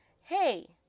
Hey